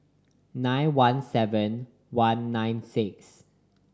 nine one seven one nine six